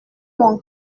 mon